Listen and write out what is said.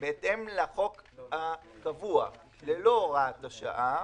בהתאם לחוק הקבוע, ללא הוראת השעה,